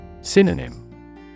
Synonym